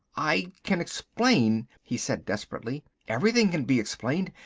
i can explain, he said desperately. everything can be explained.